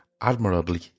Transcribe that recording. Admirably